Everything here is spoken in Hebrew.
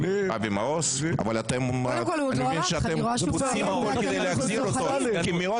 אבל אתם רוצים להחזיר אותו כי מאוד